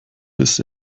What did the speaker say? bis